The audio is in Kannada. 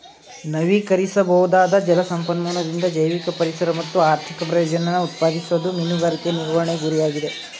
ನವೀಕರಿಸಬೊದಾದ ಜಲ ಸಂಪನ್ಮೂಲದಿಂದ ಜೈವಿಕ ಪರಿಸರ ಮತ್ತು ಆರ್ಥಿಕ ಪ್ರಯೋಜನನ ಉತ್ಪಾದಿಸೋದು ಮೀನುಗಾರಿಕೆ ನಿರ್ವಹಣೆ ಗುರಿಯಾಗಿದೆ